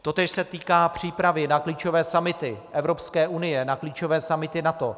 Totéž se týká přípravy na klíčové summity Evropské unie, na klíčové summity NATO.